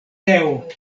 teo